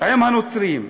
עם הנוצרים.